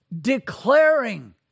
declaring